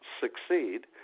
succeed